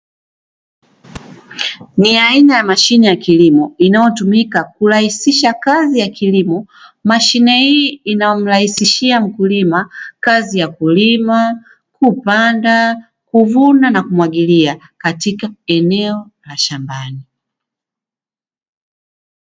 Ni aina ya mashine ya kilimo inayotumika kurahisisha kazi ya kilimo. Mashine hii inamrahisishia mkulima kazi ya kulima, kupanda, kuvuna na kumwagilia katika eneo la shambani.